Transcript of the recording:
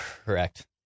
Correct